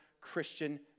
Christian